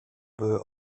były